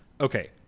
okay